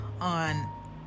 on